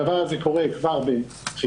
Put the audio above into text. הדבר הזה קורה כבר בחיפה,